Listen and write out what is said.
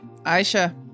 Aisha